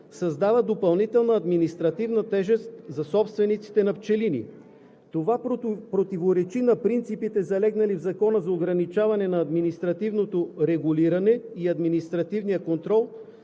създават допълнителна административна тежест за собствениците на пчелини. Това противоречи на принципите, залегнали в Закона за ограничаване на административното регулиране и административния контрол